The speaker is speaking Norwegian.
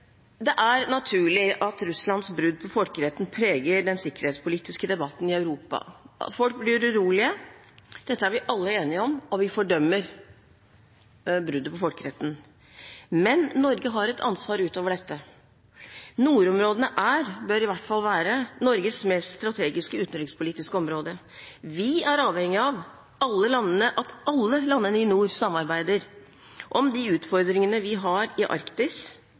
Det er naturlig at Russlands brudd på folkeretten preger den sikkerhetspolitiske debatten i Europa, folk blir urolige. Dette er vi alle enige om, og vi fordømmer bruddet på folkeretten, men Norge har et ansvar utover dette. Nordområdene er – bør i hvert fall være – Norges mest strategiske utenrikspolitiske område. Vi er avhengig av – alle landene – at alle landene i nord samarbeider om de utfordringene vi har i Arktis,